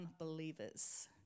unbelievers